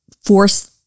force